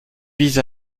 vis